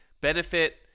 benefit